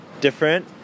different